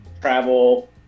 travel